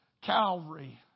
Calvary